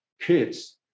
kids